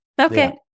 Okay